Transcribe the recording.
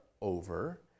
over